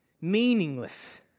meaningless